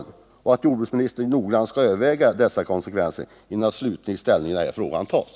Jag hoppas att jordbruksministern noggrant överväger dessa konsekvenser innan slutlig ställning tas i den här frågan.